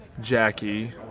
Jackie